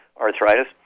arthritis